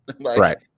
Right